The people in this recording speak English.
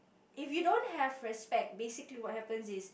if you don't have respect basically what happens is